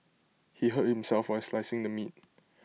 he hurt himself while slicing the meat